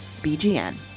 BGN